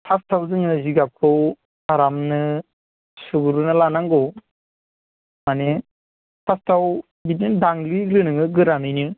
फार्स्टआव जोङो जिगाबखौ आरामनो सुग्रोना लानांगौ माने फार्स्टआव बिदि दानग्लिग्रो नोङो गोरानैनो